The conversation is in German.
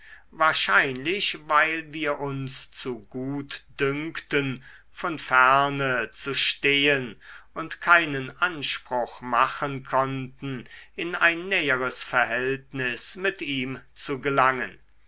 wahrscheinlich weil wir uns zu gut dünkten von ferne zu stehen und keinen anspruch machen konnten in ein näheres verhältnis mit ihm zu gelangen